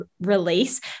release